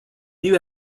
new